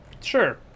Sure